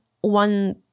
one